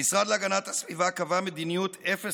המשרד להגנת הסביבה קבע מדיניות אפס